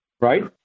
right